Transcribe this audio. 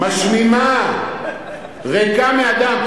משמימה, ריקה מאדם.